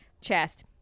chest